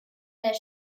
that